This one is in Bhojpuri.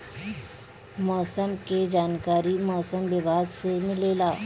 मौसम के जानकारी मौसम विभाग से मिलेला?